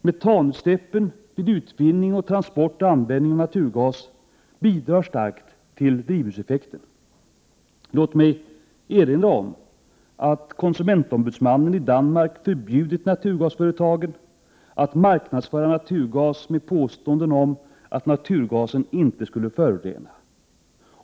Metanutsläppen vid utvinning, transport och användning av naturgas bidrar starkt till drivhuseffekten. Låt mig erinra om att konsumentombudsmannen i Danmark har förbjudit naturgasföretagen att marknadsföra naturgas med påståenden om att naturgasen inte skulle förorena.